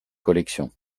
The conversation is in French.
collections